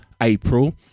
April